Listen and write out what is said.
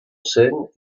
scène